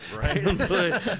Right